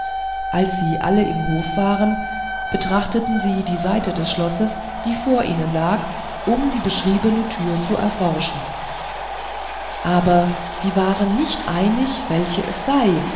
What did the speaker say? als sie alle im hof waren betrachteten sie die seite des schlosses die vor ihnen lag um die beschriebene türe zu erforschen aber sie waren nicht einig welche es sei